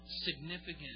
Significant